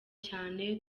cyane